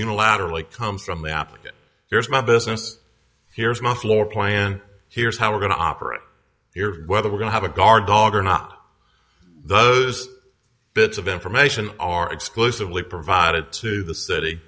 unilaterally comes from the applicant here's my business here's my floor plan here's how we're going to operate here whether we're going to have a guard dog or not those bits of information are exclusively provided to the city